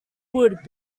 would